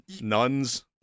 Nuns